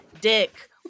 dick